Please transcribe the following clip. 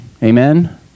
amen